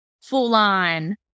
full-on